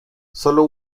solo